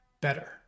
better